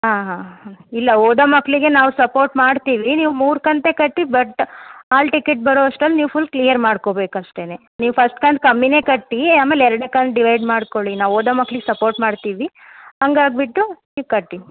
ಹಾಂ ಹಾಂ ಹಾಂ ಇಲ್ಲ ಓದೋ ಮಕ್ಕಳಿಗೆ ನಾವು ಸಪೋರ್ಟ್ ಮಾಡ್ತೀವಿ ನೀವು ಮೂರು ಕಂತೇ ಕಟ್ಟಿ ಬಟ್ ಆಲ್ ಟಿಕೆಟ್ ಬರೋ ಅಷ್ಟ್ರಲ್ಲಿ ನೀವು ಫುಲ್ ಕ್ಲಿಯರ್ ಮಾಡ್ಕೊಬೇಕು ಅಷ್ಟೇನೆ ನೀವು ಫಸ್ಟ್ ಕಂತು ಕಮ್ಮಿಯೇ ಕಟ್ಟಿ ಆಮೇಲೆ ಎರಡನೇ ಕಂತು ಡಿವೈಡ್ ಮಾಡ್ಕೊಳ್ಳಿ ನಾವು ಓದೋ ಮಕ್ಳಿಗೆ ಸಪೋರ್ಟ್ ಮಾಡ್ತೀವಿ ಹಂಗಾಗ್ ಬಿಟ್ಟು ನೀವು ಕಟ್ಟಿ